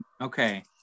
Okay